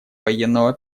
военного